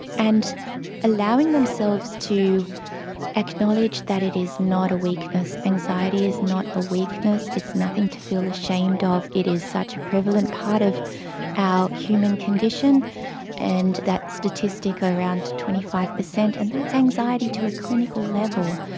and allowing themselves to acknowledge that it is a not a weakness, anxiety is not a weakness, it's nothing to feel ashamed ah of, it is such a prevalent part of our human condition and that statistic around twenty five percent, and that's anxiety to a clinical level.